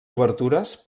obertures